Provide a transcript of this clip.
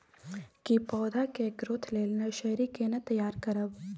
की पौधा के ग्रोथ लेल नर्सरी केना तैयार करब?